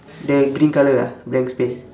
the green colour ah blank space